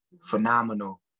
Phenomenal